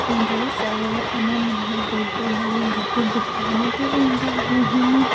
मुंहिंजो सहुरो अने मुंहिंजो घोट ॿई गॾु दुकान ते वेंदा आहिनि